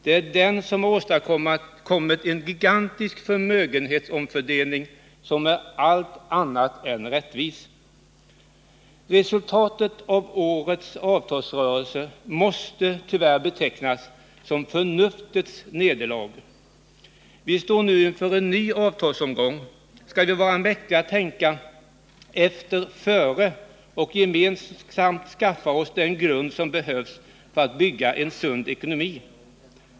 Det är den som har åstadkommit en gigantisk förmögenhetsomfördelning, som är allt annat än rättvis. Resultatet av årets avtalsrörelse måste tyvärr betecknas som förnuftets nederlag. Vi står nu inför en ny avtalsomgång. Skall vi vara mäktiga att tänka efter före och gemensamt skaffa oss den grund som behövs för att bygga en sund ekonomi?